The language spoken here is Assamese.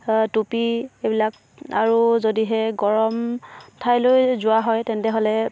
টুপি এইবিলাক আৰু যদিহে গৰম ঠাইলৈ যোৱা হয় তেন্তে হ'লে